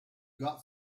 got